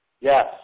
Yes